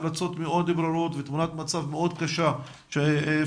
המלצות מאוד ברורות ותמונת מצב קשה מאוד שאפשר